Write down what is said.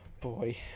boy